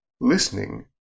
listening